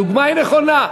הדוגמה היא נכונה,